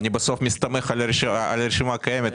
אני מסתמך על הרשימה הקיימת.